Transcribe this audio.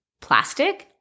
plastic